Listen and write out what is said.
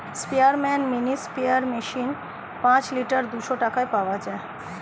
স্পেয়ারম্যান mini sprayer machine পাঁচ litre দুইশো টাকায় পাওয়া যায়